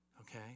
okay